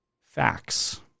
facts